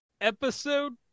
Episode